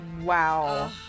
Wow